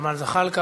ג'מאל זחאלקה.